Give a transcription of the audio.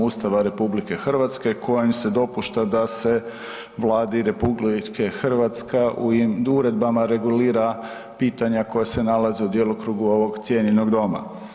Ustava RH kojim se dopušta da se Vladi RH uredbama regulira pitanja koja se nalaze u djelokrugu ovog cijenjenog doma.